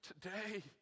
today